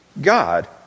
God